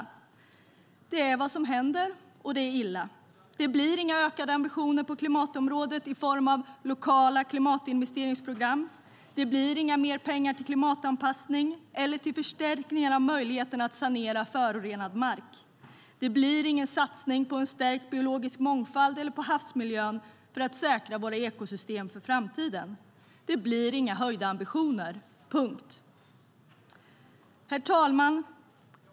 Det är vad som händer, och det är illa. Herr talman!